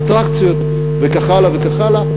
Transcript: אטרקציות וכן הלאה וכן הלאה.